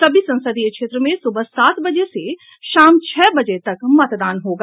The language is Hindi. सभी संसदीय क्षेत्र में सुबह सात बजे से शाम छह बजे तक मतदान होगा